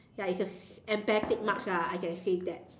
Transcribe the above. ya it's a empathic marks lah I can say that